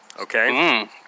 Okay